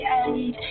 end